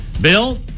Bill